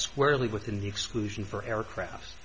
squarely within the exclusion for aircrafts